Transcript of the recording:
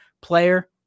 player